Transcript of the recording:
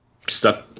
stuck